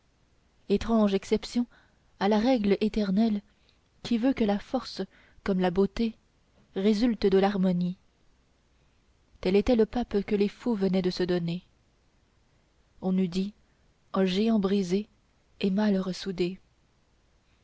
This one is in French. étrange exception à la règle éternelle qui veut que la force comme la beauté résulte de l'harmonie tel était le pape que les fous venaient de se donner on eût dit un géant brisé et mal ressoudé